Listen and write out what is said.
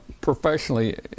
professionally